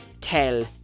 tell